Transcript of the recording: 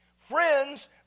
Friends